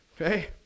Okay